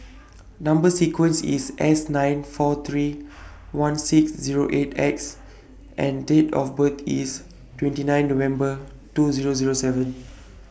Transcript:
Number sequence IS S nine four three one six Zero eight X and Date of birth IS twenty nine November two Zero Zero seven